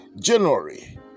January